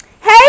hey